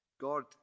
God